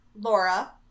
Laura